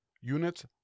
Units